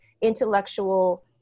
intellectual